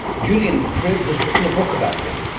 julian cribb has written a book about it.